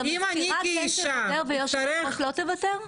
אז המזכירה כן תוותר והיושב ראש לא תוותר?